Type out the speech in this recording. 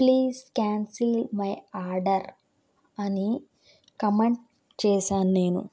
please cancel my order అని comment చేశాను నేను